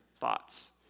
thoughts